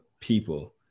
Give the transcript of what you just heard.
people